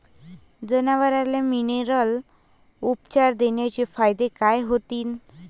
जनावराले मिनरल उपचार देण्याचे फायदे काय होतीन?